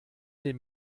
den